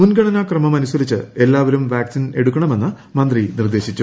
മുൻഗണനാക്രമം അനുസരിച്ച് എല്ലാവരും വാക്സിൻ എടുക്കണമെന്ന് മന്ത്രി നിർദ്ദേശിച്ചു